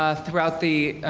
ah throughout the